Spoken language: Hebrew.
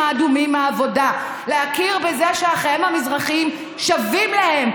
האדומים מהעבודה להכיר בזה שאחיהם המזרחיים שווים להם,